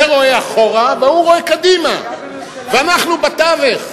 זה רואה אחורה וההוא רואה קדימה, ואנחנו בתווך.